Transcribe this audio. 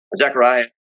Zechariah